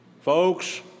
Folks